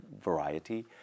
variety